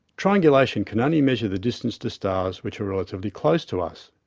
triangulation can only measure the distance to stars which are relatively close to us,